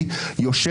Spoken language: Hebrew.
אני אומר